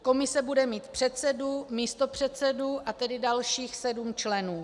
Komise bude mít předsedu, místopředsedu a tedy dalších 7 členů.